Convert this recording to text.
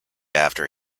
after